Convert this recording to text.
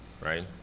right